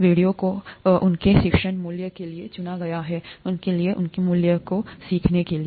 video को उनके शिक्षण मूल्य के लिए चुना गया है उनके लिए उनके मूल्य को सिखाने के लिए